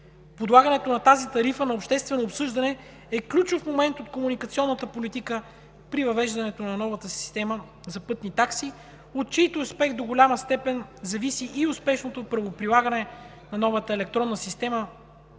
Подлагането на тази тарифа на обществено обсъждане е ключов момент от комуникационната политика при въвеждането на новата система за пътни такси, от чийто успех до голяма степен зависи и успешното правоприлагане на новата електронна система